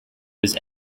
was